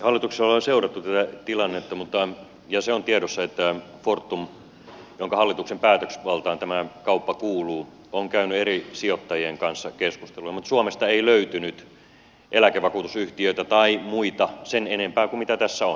hallituksessa ollaan seurattu tätä tilannetta ja se on tiedossa että fortum jonka hallituksen päätösvaltaan tämä kauppa kuuluu on käynyt eri sijoittajien kanssa keskusteluja mutta suomesta ei löytynyt eläkevakuutusyhtiöitä tai muita sen enempää kuin mitä tässä on